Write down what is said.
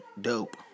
Dope